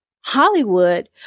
Hollywood